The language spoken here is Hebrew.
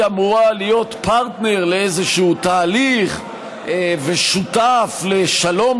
אמורה להיות פרטנר לאיזשהו תהליך ושותף לשלום,